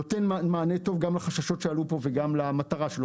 נותן מענה טוב גם לחששות שעלו פה וגם למטרה שלו,